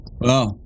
Wow